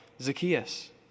Zacchaeus